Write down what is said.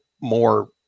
more